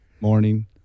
Morning